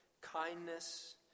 kindness